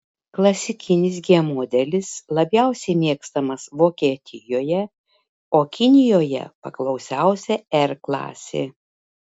klasikinis g modelis labiausiai mėgstamas vokietijoje o kinijoje paklausiausia r klasė